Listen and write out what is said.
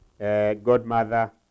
godmother